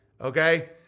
Okay